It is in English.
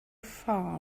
far